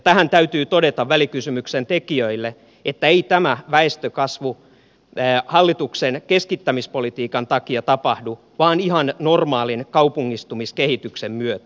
tähän täytyy todeta välikysymyksen tekijöille että ei tämä väestönkasvu hallituksen keskittämispolitiikan takia tapahdu vaan ihan normaalin kaupungistumiskehityksen myötä